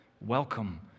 welcome